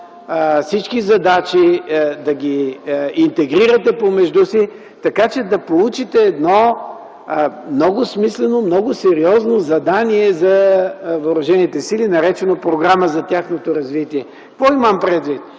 в едно, да ги интегрирате помежду си, така че да получите едно много смислено, много сериозно задание за въоръжените сили, наречено програма за тяхното развитие. Какво имам предвид?